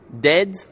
dead